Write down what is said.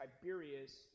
Tiberius